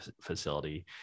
facility